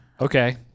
Okay